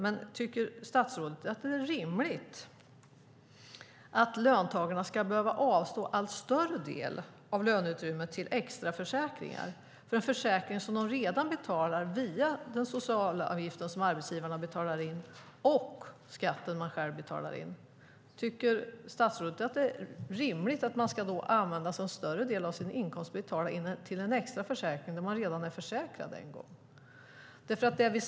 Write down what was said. Men tycker statsrådet att det är rimligt att löntagarna ska behöva avstå en allt större del av löneutrymmet till extraförsäkringar, när de redan betalar till en försäkring via den socialavgift som arbetsgivarna betalar in och den skatt man själv betalar in? Tycker statsrådet att det är rimligt att man ska använda en större del av sin inkomst till att betala en extra försäkring då man redan är försäkrad en gång?